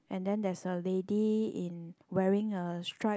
and then there's a lady in wearing a stripe